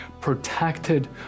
protected